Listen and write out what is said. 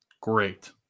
great